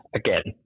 again